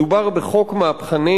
מדובר בחוק מהפכני,